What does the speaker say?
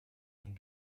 ein